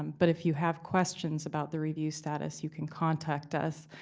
um but if you have questions about the review status, you can contact us.